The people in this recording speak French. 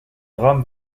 drame